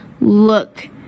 look